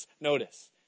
Notice